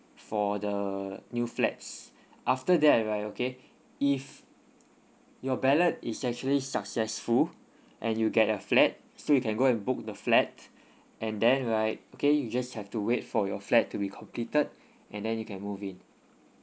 for the new flats after that right okay if your ballot is actually successful and you get a flat so you can go and book the flat and then right okay you just have to wait for your flat to be completed and then you can move in